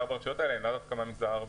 הרשויות המדוברות הן לאו דווקא מהמגזר הערבי.